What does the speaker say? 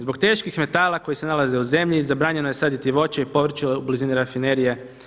Zbog teških metala koji se nalaze u zemlji zabranjeno je saditi voće i povrće u blizini rafinerije.